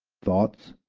thoughts,